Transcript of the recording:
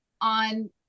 on